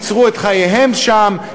ייצרו את חייהם שם,